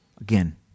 Again